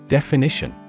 Definition